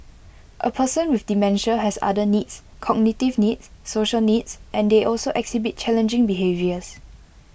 A person with dementia has other needs cognitive needs social needs and they also exhibit challenging behaviours